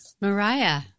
Mariah